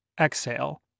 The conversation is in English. Exhale